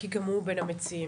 כי גם הוא בין המציעים.